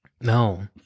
No